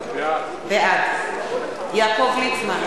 בעד יעקב ליצמן,